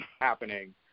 happening